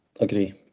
Agree